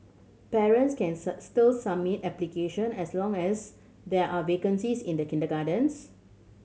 parents can still submit application as long as there are vacancies in the kindergartens